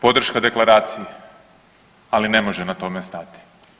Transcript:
Podrška deklaraciji, ali ne može na tome stati.